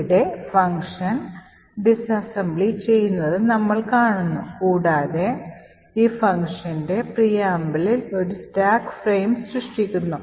ഇവിടെ ഈ function disassembly ചെയ്യുന്നത് നമ്മൾ കാണുന്നു കൂടാതെ ഈ functionൻറെ preambleൽ ഒരു സ്റ്റാക്ക് ഫ്രെയിം സൃഷ്ടിക്കുന്നു